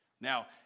Now